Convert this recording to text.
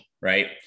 Right